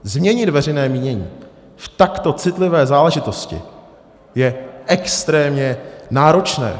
Změnit veřejné mínění v takto citlivé záležitosti je extrémně náročné.